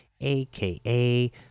aka